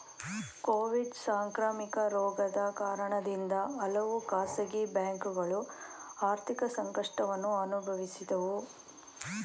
Covid ಸಾಂಕ್ರಾಮಿಕ ರೋಗದ ಕಾರಣದಿಂದ ಹಲವು ಖಾಸಗಿ ಬ್ಯಾಂಕುಗಳು ಆರ್ಥಿಕ ಸಂಕಷ್ಟವನ್ನು ಅನುಭವಿಸಿದವು